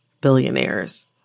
billionaires